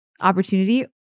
opportunity